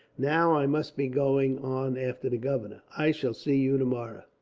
now i must be going on after the governor. i shall see you tomorrow.